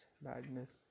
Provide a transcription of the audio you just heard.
badness